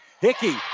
Hickey